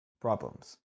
problems